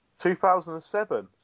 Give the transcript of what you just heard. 2007